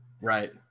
right